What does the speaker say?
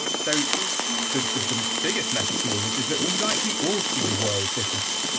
so the the biggest message from all this is that we likely all see the world differently,